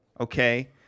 okay